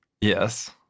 Yes